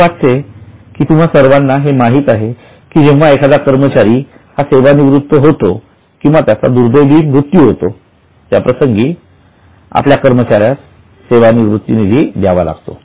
मला वाटते की तुम्हा सर्वांना हे माहीत आहे आहे जेव्हा एखादा कर्मचारी सेवा निवृत्त होतो किंवा त्याचा दुर्दैवी मृत्यू प्रसंगी आपल्या कर्मचाऱ्यास सेवानिवृत्ती निधी द्यावा लागतो